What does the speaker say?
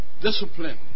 discipline